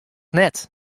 net